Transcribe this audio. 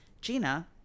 Gina